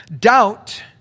doubt